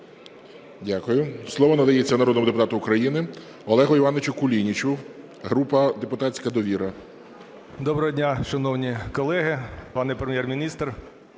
Дякую. Слово надається народному депутату України Олегу Івановичу Кулінічу, група депутатська "Довіра". 11:01:14 КУЛІНІЧ О.І. Доброго дня, шановні колеги, пане Прем'єр-міністр!